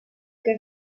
que